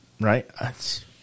Right